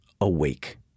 awake